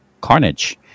carnage